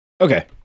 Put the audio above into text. Okay